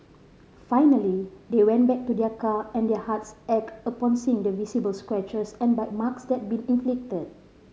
finally they went back to their car and their hearts ached upon seeing the visible scratches and bite marks that had been inflicted